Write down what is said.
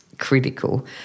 critical